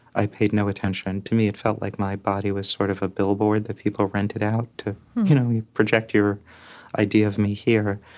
i paid no attention to me, it felt like my body was sort of a billboard that people rented out to you know project your idea of me here.